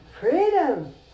Freedom